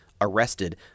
Arrested